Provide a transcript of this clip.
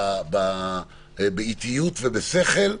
באיטיות ובשכל.